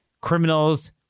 Criminals